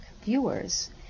viewers